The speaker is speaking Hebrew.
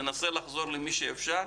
ננסה לחזור למי שאפשר.